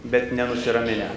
bet nenusiraminę